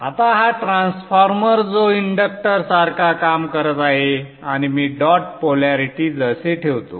आता हा ट्रान्सफॉर्मर जो इंडक्टर सारखा काम करत आहे आणि मी डॉट पोलॅरिटीज असे ठेवतो